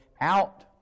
out